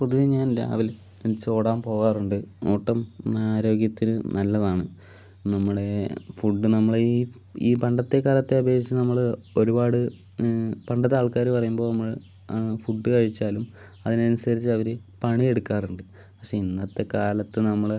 പൊതുവെ ഞാൻ രാവിലെ എണീച്ച് ഓടാൻ പോകാറുണ്ട് ഓട്ടം ആരോഗ്യത്തിന് നല്ലതാണ് നമ്മളുടെ ഫുഡ് നമ്മളുടെ ഈ ഈ പണ്ടത്തെ കാലത്തേ അപേക്ഷിച്ച് നമ്മൾ ഒരുപാട് പണ്ടത്തെ ആൾക്കാർ പറയുമ്പോൾ നമ്മൾ ഫുഡ് കഴിച്ചാലും അതിന് അനുസരിച്ച് അവർ പണിയെടുക്കാറുണ്ട് പക്ഷേ ഇന്നത്തെ കാലത്ത് നമ്മൾ